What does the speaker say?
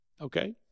okay